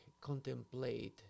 contemplate